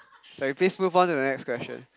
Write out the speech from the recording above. sorry please move on to the next question